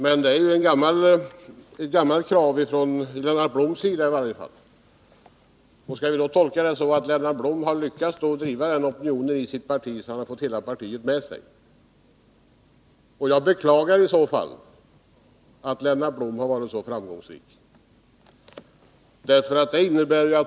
Detta är ju ett gammalt krav, i varje fall från Lennart Bloms sida. Skall vi då tolka det så, att Lennart Blom har lyckats driva denna fråga i sitt parti så att han har fått hela partiet med sig? Jag beklagar i så fall att Lennart Blom har varit så framgångsrik.